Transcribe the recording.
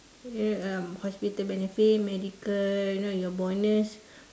uh um hospital benefit medical you know your bonus